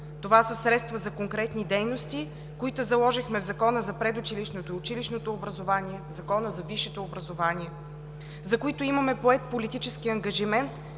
Това са средства за конкретни дейности, които заложихме в Закона за предучилищното и училищното образование, в Закона за висшето образование, за които имаме поет политически ангажимент